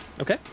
Okay